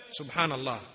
Subhanallah